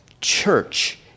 church